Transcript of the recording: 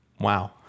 wow